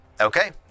Okay